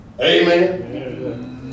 Amen